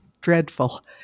Dreadful